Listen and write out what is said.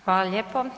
Hvala lijepo.